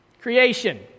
Creation